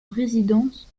résidence